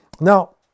Now